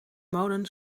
molen